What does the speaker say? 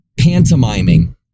pantomiming